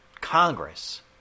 Congress